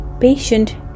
patient